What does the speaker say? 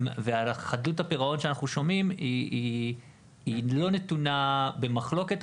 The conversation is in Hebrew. וחדלות הפירעון שאנחנו שומעים עליה לא נתונה במחלוקת,